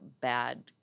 bad